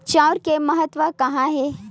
चांउर के महत्व कहां हे?